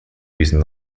using